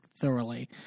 thoroughly